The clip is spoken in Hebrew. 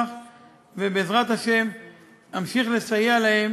ובעזרת השם אמשיך לסייע להם